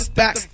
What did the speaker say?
back